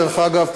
דרך אגב,